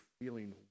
feeling